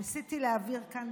ניסיתי להעביר כאן,